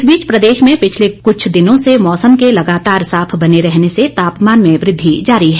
इस बीच प्रदेश में पिछले कुछ दिनों से मौसम के लगातार साफ बने रहने से तापमान में वृद्धि जारी है